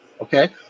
Okay